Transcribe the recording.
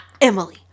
Emily